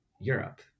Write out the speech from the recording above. Europe